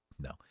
no